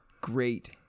Great